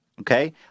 Okay